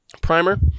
primer